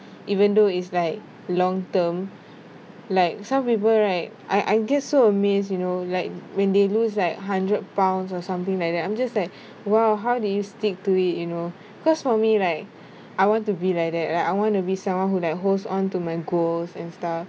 even though is like long term like some people right I I get so amazed you know like when they lose like hundred pounds or something like that I'm just like !wow! how did you stick to it you know because for me right I want to be like that and I wanna be someone who that holds onto my goals and stuff